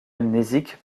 amnésique